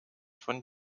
von